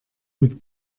mit